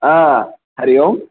हा हरि ओम्